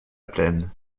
plaine